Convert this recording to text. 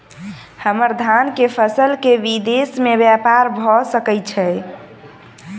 हम्मर धान केँ फसल केँ विदेश मे ब्यपार भऽ सकै छै?